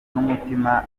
n’umutima